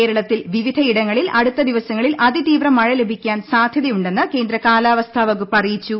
കേരളത്തിൽ വിവിധയിടങ്ങളിൽ അട്ടുത്ത ദിവസങ്ങളിൽ അതിതീവ്ര മഴ ലഭിക്കാൻ സാധ്യതയുണ്ടെന്ന് കേന്ദ്ര കാലാവസ്ഥ വകുപ്പ് അറിയിച്ചു